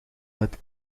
met